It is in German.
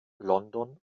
london